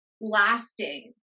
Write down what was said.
lasting